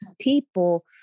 people